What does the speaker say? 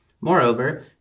Moreover